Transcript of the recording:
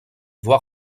voir